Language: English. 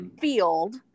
field